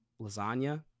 lasagna